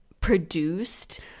produced